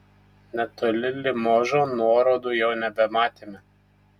netoli limožo nuorodų jau nebematėme